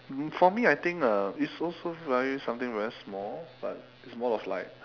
um for me I think uh it's also like something very small but it's more of like